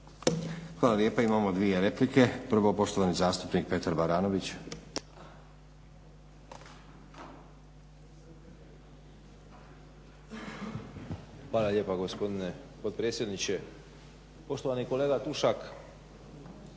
Hvala lijepa. Imamo dvije replike. Prvo poštovani zastupnik Petar Baranović. **Baranović, Petar (HNS)** Hvala lijepa gospodine potpredsjedniče. Poštovani kolega Tušak,